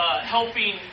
helping